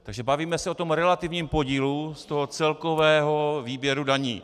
Takže bavíme se o tom relativním podílu z toho celkového výběru daní.